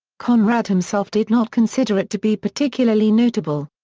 conrad himself did not consider it to be particularly notable.